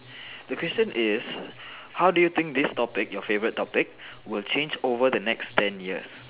the question is how do you think this topic your favorite topic will change over the next ten years